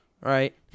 Right